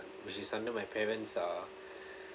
which is under my parents uh